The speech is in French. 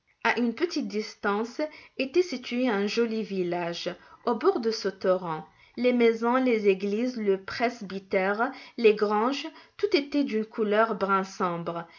une petite distance était situé un joli village au bord de ce torrent les maisons les églises le presbytère les granges tout était d'une couleur